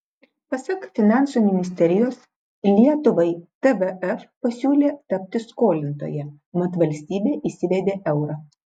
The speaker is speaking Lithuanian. pasak finansų ministerijos lietuvai tvf pasiūlė tapti skolintoja mat valstybė įsivedė eurą